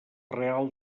real